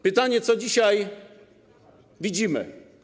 Pytanie: Co dzisiaj widzimy?